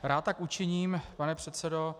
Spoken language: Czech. Rád tak učiním, pane předsedo.